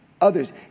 others